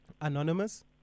Anonymous